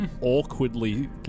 awkwardly